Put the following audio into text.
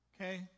Okay